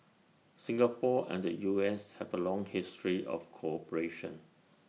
Singapore and the U S have A long history of cooperation